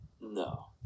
no